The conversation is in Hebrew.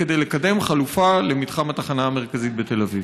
כדי לקדם חלופה למתחם התחנה המרכזית בתל אביב?